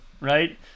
right